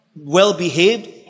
well-behaved